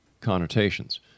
connotations